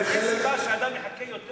אין סיבה שאדם יחכה יותר